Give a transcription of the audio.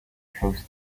shows